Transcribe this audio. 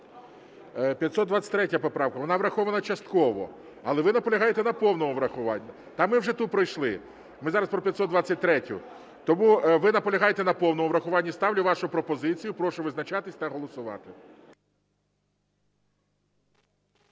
523 поправка. Вона врахована частково, але ви наполягаєте на повному врахуванні. Та ми вже ту пройшли, ми зараз про 523-ю. Тому ви наполягаєте на повному врахуванні, ставлю вашу пропозицію. Прошу визначатися та голосувати.